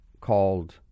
called